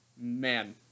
man